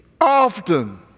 often